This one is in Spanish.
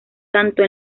tanto